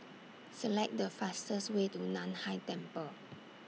Select The fastest Way to NAN Hai Temple